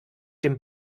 dem